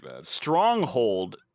stronghold